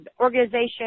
organization